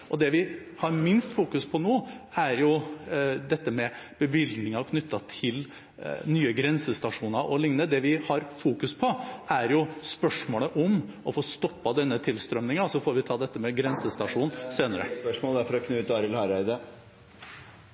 Det vi har minst fokus på nå, er dette med bevilgninger knyttet til nye grensestasjoner o.l. Det vi har fokus på, er spørsmålet om å få stoppet denne tilstrømmingen, og så får vi ta dette med grensestasjonen senere. Knut Arild Hareide